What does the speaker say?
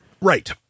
Right